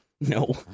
No